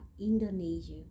Indonesia